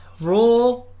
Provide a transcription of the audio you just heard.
Raw